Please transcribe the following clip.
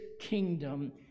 kingdom